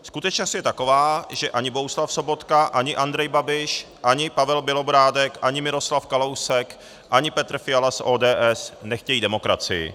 Skutečnost je taková, že ani Bohuslav Sobotka, ani Andrej Babiš, ani Pavel Bělobrádek, ani Miroslav Kalousek, ani Petr Fiala z ODS nechtějí demokracii.